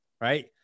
right